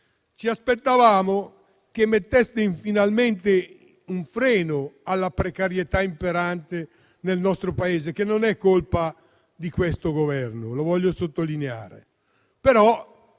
Ci aspettavamo che metteste finalmente un freno alla precarietà imperante nel nostro Paese, che non è colpa di questo Governo, lo voglio sottolineare.